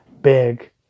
big